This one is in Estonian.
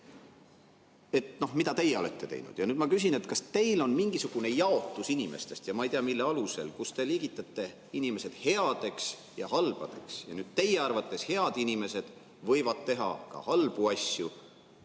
selles, mida teie olete teinud. Ja nüüd ma küsin: kas teil on inimestest mingisugune jaotus – ma ei tea, mille alusel –, kus te liigitate inimesed headeks ja halbadeks? Ja teie arvates head inimesed võivad teha ka halbu asju